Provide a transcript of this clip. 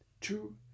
two